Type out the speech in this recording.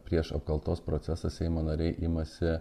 prieš apkaltos procesą seimo nariai imasi